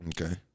Okay